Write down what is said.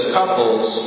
couples